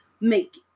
make